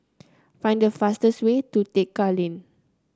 find the fastest way to Tekka Lane